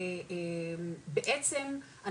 בעצם,